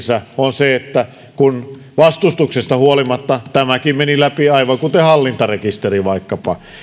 on se että kun vastustuksesta huolimatta tämäkin meni läpi aivan kuten vaikkapa hallintarekisteri